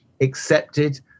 accepted